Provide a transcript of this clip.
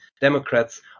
Democrats